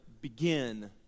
begin